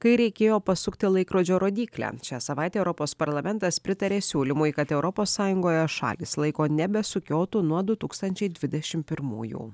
kai reikėjo pasukti laikrodžio rodyklę šią savaitę europos parlamentas pritarė siūlymui kad europos sąjungoje šalys laiko nebesukiotų nuo du tūkstančiai dvidešimt pirmųjų